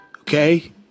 Okay